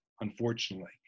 unfortunately